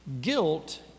guilt